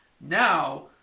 Now